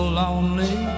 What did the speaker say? lonely